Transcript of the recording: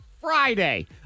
Friday